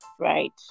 right